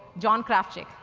john krafcik.